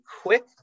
quick